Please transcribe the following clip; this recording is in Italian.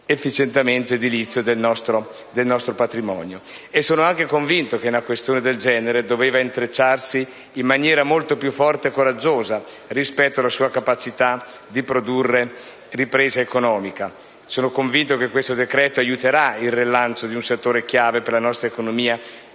l'efficientamento edilizio del nostro patrimonio, dall'altra. Sono anche convinto che una questione del genere doveva intrecciarsi in maniera molto più forte e coraggiosa con la capacità di produrre ripresa economica. Sono infatti certo che questo decreto-legge consentirà il rilancio di un settore chiave per la nostra economia